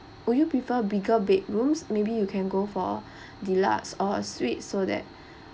would you prefer bigger bedrooms maybe you can go for deluxe or suite so that